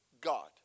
God